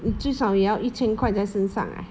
你至少也要一千块在身上 eh